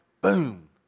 Boom